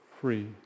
free